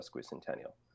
Centennial